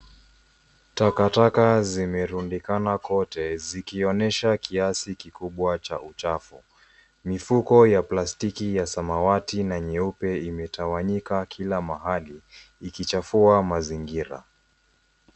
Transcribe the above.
Taka taka zimerundikana kote zikionyesha kiasi kukubwa cha uchafu mifuko ya plastiki ya samawati na nyeupe imetawanyika kila mahali ikichafua mazingira.